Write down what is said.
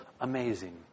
amazing